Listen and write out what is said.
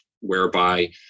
whereby